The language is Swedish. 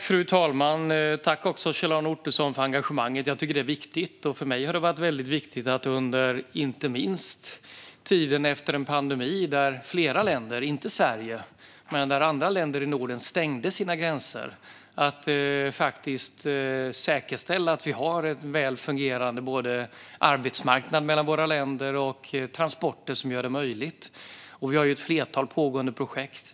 Fru talman! Tack, Kjell-Arne Ottosson, för engagemanget! Det är viktigt. För mig har det varit väldigt viktigt, inte minst under tiden efter en pandemi där flera länder - inte Sverige, men andra länder i Norden - stängde sina gränser, att säkerställa att vi har en väl fungerande arbetsmarknad mellan våra länder och transporter som gör det möjligt. Vi har ett flertal pågående projekt.